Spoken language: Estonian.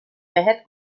mehed